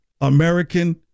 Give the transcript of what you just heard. American